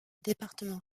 département